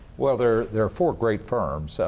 well, there there are four great firms. so